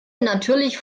natürlich